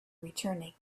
returning